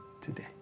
today